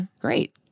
Great